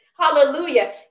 Hallelujah